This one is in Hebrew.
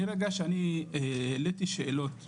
מרגע שהעליתי שאלות ותהיות,